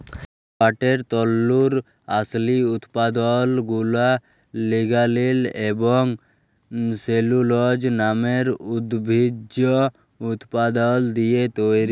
পাটের তল্তুর আসলি উৎপাদলগুলা লিগালিল এবং সেলুলজ লামের উদ্ভিজ্জ উপাদাল দিঁয়ে তৈরি